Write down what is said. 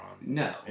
No